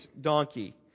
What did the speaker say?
donkey